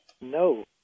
No